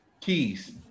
Keys